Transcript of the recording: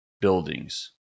buildings